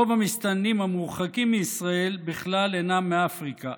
רוב המסתננים המורחקים מישראל בכלל אינם מאפריקה.